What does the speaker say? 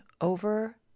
over